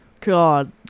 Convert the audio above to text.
God